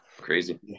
crazy